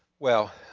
well,